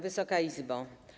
Wysoka Izbo!